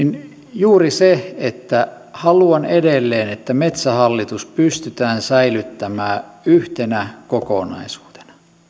juuri se että haluan edelleen että metsähallitus pystytään säilyttämään yhtenä kokonaisuutena